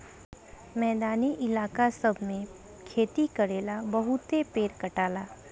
मैदानी इलाका सब मे खेती करेला बहुते पेड़ कटाला